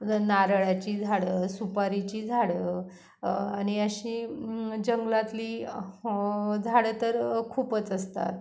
आता नारळाची झाडं सुपारीची झाडं आणि अशी जंगलातली झाडं तर खूपच असतात